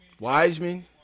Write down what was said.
Wiseman